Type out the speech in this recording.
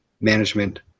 management